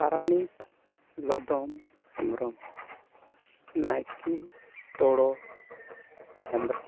ᱯᱟᱨᱟᱱᱤᱠ ᱞᱚᱫᱚᱢ ᱦᱮᱢᱵᱨᱚᱢ ᱱᱟᱭᱠᱮ ᱛᱚᱲᱚ ᱦᱮᱢᱵᱨᱚᱢ